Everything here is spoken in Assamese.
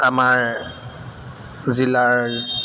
আমাৰ জিলাৰ